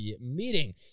meeting